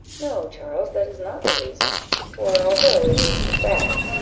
no, charles, that is not the reason for although it is the fact,